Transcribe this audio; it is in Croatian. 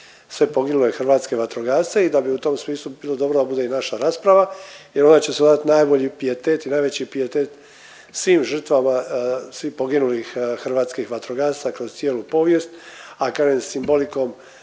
sve poginule hrvatske vatrogasce i da bi u tom smislu bilo dobro da bude i naša rasprava jer onda će se odati najbolji pijetet i najveći pijetet svim žrtvama svih poginulih hrvatskih vatrogasaca kroz cijelu povijest, a kao i simbolikom